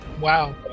Wow